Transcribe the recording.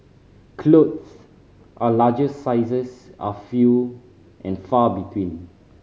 clothes are larger sizes are few and far between